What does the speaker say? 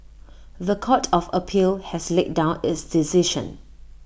The Court of appeal has laid down its decision